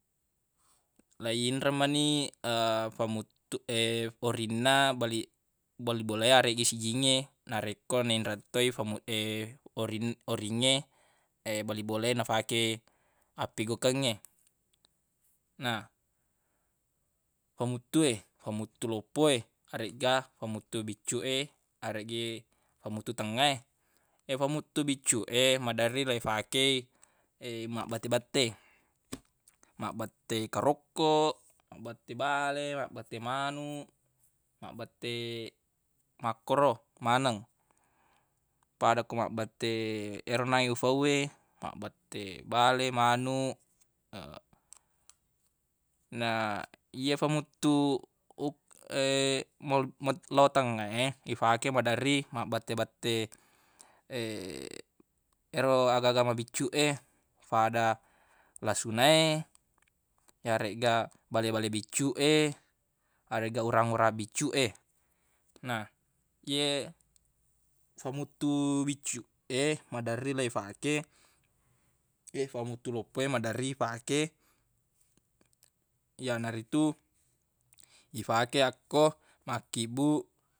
Leiyinreng mani famuttu orinna bali- bali bola e areggi sijingnge narekko ninreng toi famu- orin- oringnge bali bola e nafake appigaukengnge na famuttu e famuttu loppo e aregga famuttu biccuq e areggi famuttu tengnga e ye famuttu biccuq e maderri leifakei mabbette-bette mabbette karoppoq mabbette bale mabbette manuq mabbette makkoro maneng pada ko mabbette ero onnang ufau we mabbette bale manuq na ye famuttu u- mol- lo tengnga e ifake maderri mabbette-bette ero agaga mabiccuq e fada lasuna e yaregga bale-bale biccuq e aregga urang-urang biccuq e na ye famuttu biccuq e maderri leifake ye famuttu loppo e maderri ifake yanaritu ifake akko makkibbuq